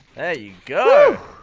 yeah you go!